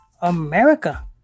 America